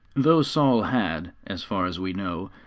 though saul had, as far as we know,